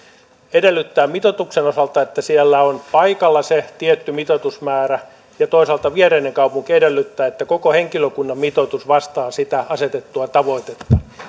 edellyttää mitoituksen osalta että siellä on paikalla se tietty mitoitusmäärä ja toisaalta viereinen kaupunki edellyttää että koko henkilökunnan mitoitus vastaa sitä asetettua tavoitetta